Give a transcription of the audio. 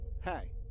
hey